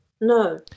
No